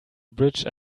bridge